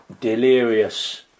delirious